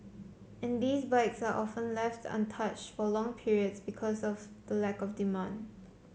and these bikes are often left untouched for long periods because of the lack of demand